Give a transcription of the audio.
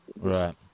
Right